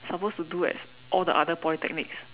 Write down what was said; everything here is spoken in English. supposed to do at all the other polytechnics